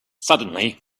suddenly